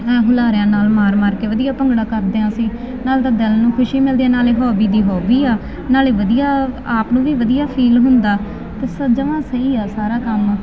ਹੁਲਾਰਿਆਂ ਨਾਲ ਮਾਰ ਮਾਰ ਕੇ ਵਧੀਆ ਭੰਗੜਾ ਕਰਦੇ ਆਂ ਅਸੀਂ ਨਾਲ ਤਾਂ ਦਿਲ ਨੂੰ ਖੁਸ਼ੀ ਮਿਲਦੀ ਹ ਨਾਲੇ ਹੋਵੀ ਦੀ ਹੋਬੀ ਆ ਨਾਲੇ ਵਧੀਆ ਆਪ ਨੂੰ ਵੀ ਵਧੀਆ ਫੀਲ ਹੁੰਦਾ ਤੇ ਜਵਾਂ ਸਹੀ ਆ ਸਾਰਾ ਕੰਮ ਤੇ ਵਧੀਆ ਜਨ ਆ ਉੱਥੇ ਸਰੀਰ ਵੀ ਬਣਿਆ ਰਹਿੰਦਾ ਨਾਲੇ ਆਲਸ ਵੀ ਦੂਰ ਹੋ ਗਿਆ ਹੁਣ ਤਾਂ